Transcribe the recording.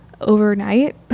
overnight